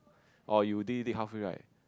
oh you dig it halfway right